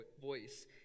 voice